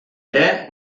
ere